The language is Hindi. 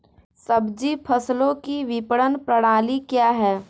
सब्जी फसलों की विपणन प्रणाली क्या है?